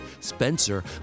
spencer